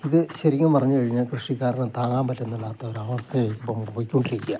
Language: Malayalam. ഇത് ശരിക്കും പറഞ്ഞു കഴിഞ്ഞാൽ കൃഷിക്കാരന് താങ്ങാൻ പറ്റുന്നില്ലാത്തൊരു അവസ്ഥ ഇപ്പം പോയ്ക്കൊണ്ടിരിക്കുകയാണ്